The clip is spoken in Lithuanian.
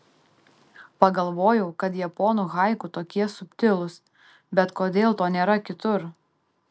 pagalvojau kad japonų haiku tokie subtilūs bet kodėl to nėra kitur